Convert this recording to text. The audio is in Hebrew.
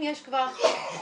אם יש כבר חוק,